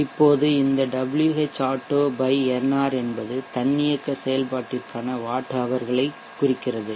இப்போது இந்த Whauto nr என்பது தன்னியக்க செயல்பாட்டிற்கான வாட் ஹவர் களைக் குறிக்கிறது